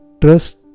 trust